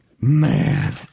Man